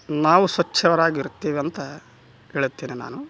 ನಾವು ಸ್ವಚ್ಛರಾಗಿರ್ತಿವಿ ಅಂತ ಹೇಳುತ್ತೇನೆ ನಾನು